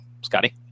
Scotty